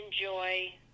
enjoy